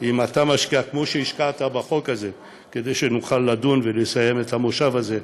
אם אתה משקיע כמו שהשקעת בחוק הזה כדי שנוכל לדון ולסיים את המושב הזה,